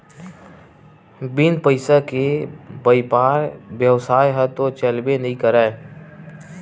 बिन पइसा के बइपार बेवसाय ह तो चलबे नइ करय